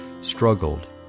struggled